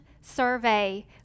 survey